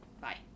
bye